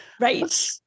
Right